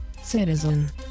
citizen